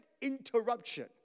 interruption